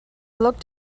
looked